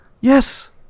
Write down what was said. Yes